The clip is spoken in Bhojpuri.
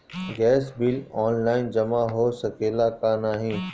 गैस बिल ऑनलाइन जमा हो सकेला का नाहीं?